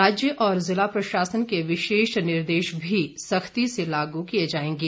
राज्य और जिला प्रशासन के विशेष निर्देश भी सख्ती से लागू किए जाएंगे